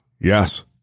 Yes